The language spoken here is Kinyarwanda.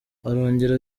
arongera